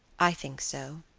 i think so.